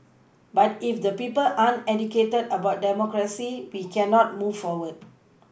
but if the people aren't educated about democracy we cannot move forward